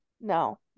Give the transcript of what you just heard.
no